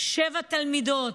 שבע תלמידות: